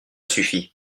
suffit